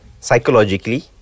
psychologically